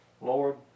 Lord